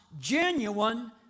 genuine